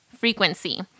frequency